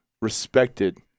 respected